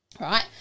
Right